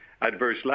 adverse